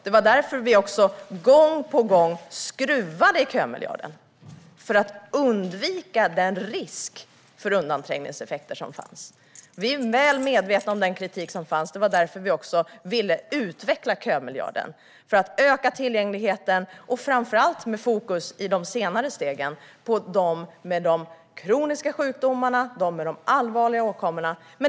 Det var därför vi också gång på gång skruvade på kömiljarden för att undvika den risk för undanträngningseffekter som fanns. Vi är väl medvetna om den kritik som fanns; det var därför vi också ville utveckla kömiljarden för att öka tillgängligheten och framför allt med fokus i de senare stegen, alltså gällande dem med kroniska sjukdomar och allvarliga åkommor.